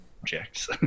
objects